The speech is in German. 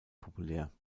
populär